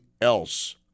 else